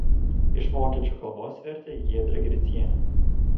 iš vokiečių kalbos vertė giedrė gricienė